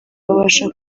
babasha